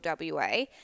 WA